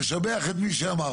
ולזכור לשבח את מי שאמר אותו.